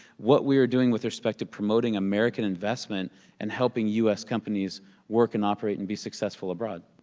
what we are doing with respect to promoting american investment and helping u s. companies work and operate and be successful abroad.